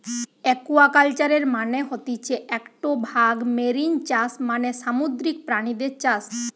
একুয়াকালচারের মানে হতিছে একটো ভাগ মেরিন চাষ মানে সামুদ্রিক প্রাণীদের চাষ